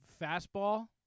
fastball